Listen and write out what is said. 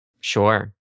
Sure